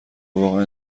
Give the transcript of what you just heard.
واقعا